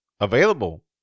Available